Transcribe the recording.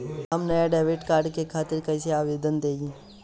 हम नया debit card के खातिर कइसे आवेदन दीं?